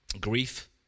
grief